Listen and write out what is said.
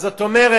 אז זאת אומרת,